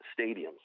stadiums